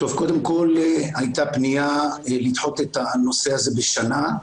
קודם כל הייתה פנייה לדחות את הנושא הזה בשנה,